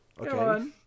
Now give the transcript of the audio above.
Okay